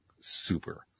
super